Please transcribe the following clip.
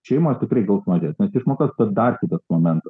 šeimos tikrai gaus mažesnes išmokas bet dar kitas momentas